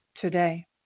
today